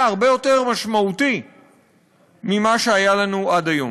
הרבה יותר משמעותי ממה שהיה לנו עד היום.